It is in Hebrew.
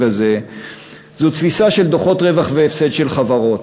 הזה זו תפיסה של דוחות רווח והפסד של חברות,